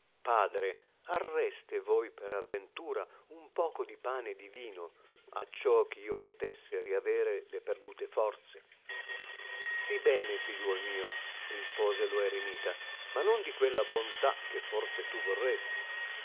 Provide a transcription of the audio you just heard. padre arreste voi per avventura un poco di pane e di vino acciò eh io potesse riavere le perdute forze sì bene figliuol mìo rispose lo eremita ma non di quella bontà che forse tu vorresti